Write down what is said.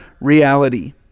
reality